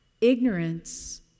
Ignorance